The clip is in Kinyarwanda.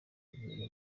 ibintu